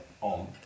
on